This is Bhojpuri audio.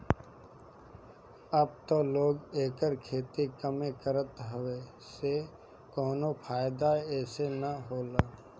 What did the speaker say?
अब त लोग एकर खेती कमे करता काहे से कवनो फ़ायदा एसे न होला